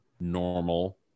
normal